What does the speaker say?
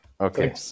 Okay